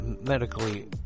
medically